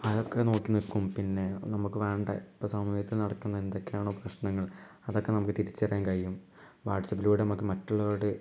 അതൊക്കെ നോക്കിനിക്കും പിന്നെ നമുക്ക് വേണ്ട ഇപ്പം സമയത്ത് നടക്കുന്ന എന്തക്കെയാണോ പ്രശ്നങ്ങൾ അതൊക്കെ നമുക്ക് തിരിച്ചറിയാൻ കൈഴിയും വാട്സപ്പിലൂടെ നമുക്ക് മറ്റുള്ളവരോട്